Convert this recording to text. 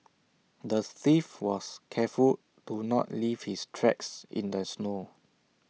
the thief was careful to not leave his tracks in the snow